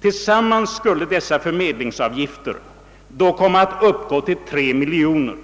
Tillsammans skulle dessa förmedlingsavgifter då komma att uppgå till 3 miljoner kronor.